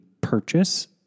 purchase